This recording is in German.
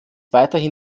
weiterhin